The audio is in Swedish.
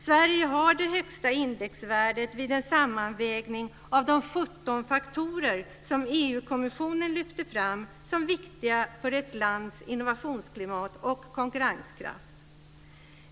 Sverige har det högsta indexvärdet vid en sammanvägning av de 17 faktorer som EU-kommissionen lyfte fram som viktiga för ett lands innovationsklimat och konkurrenskraft.